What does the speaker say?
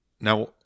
Now